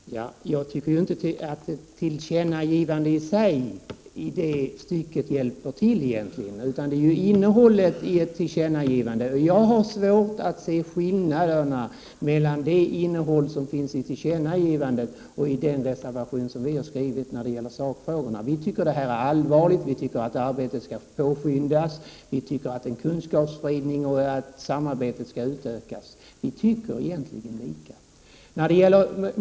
Herr talman! Jag tycker inte att ett tillkännagivande i det stycket i sig hjälper till egentligen, utan det är ju innehållet som avgör. Jag har svårt att se skillnaderna mellan det innehållet i tillkännagivandet och i den reservation som vi har skrivit i sakfrågorna. Vi tycker att det här är allvarligt, att arbetet bör påskyndas, att kunskapsspridning är angelägen och att samabetet bör utökas. Vi tycker egentligen lika.